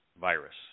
virus